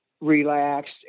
relaxed